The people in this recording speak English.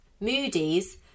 Moody's